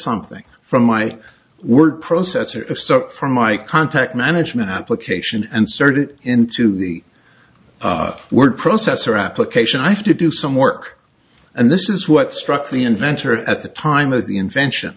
something from my word processor from my contact management application and started into the word processor application i have to do some work and this is what struck the inventor at the time of the invention